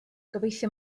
gobeithio